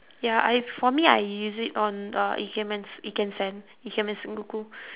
ya I for me I use it on uh ikemens ikensen ikemen sengoku